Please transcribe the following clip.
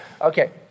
Okay